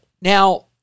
Now